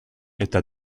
eta